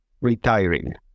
retiring